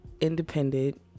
independent